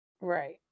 Right